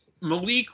Malik